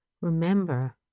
remember